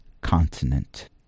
continent